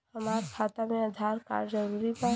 हमार खाता में आधार कार्ड जरूरी बा?